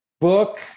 book